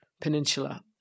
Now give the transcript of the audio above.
Peninsula